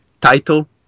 title